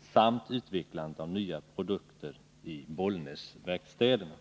samt på utvecklandet av nya produkter i Bollnäsverkstäderna.